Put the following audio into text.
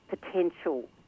potential